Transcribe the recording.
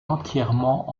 entièrement